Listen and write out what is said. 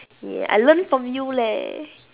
ya I learn from you leh